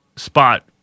spot